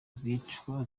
zicwa